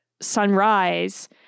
sunrise